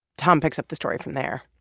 tom picks up the story from there